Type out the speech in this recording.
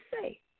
say